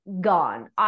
Gone